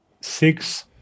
six